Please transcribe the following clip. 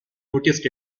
noticed